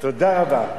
תודה רבה.